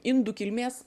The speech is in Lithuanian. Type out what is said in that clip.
indų kilmės